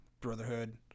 brotherhood